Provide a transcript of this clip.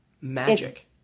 Magic